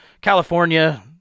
California